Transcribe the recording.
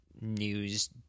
news